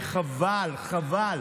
וחבל, חבל.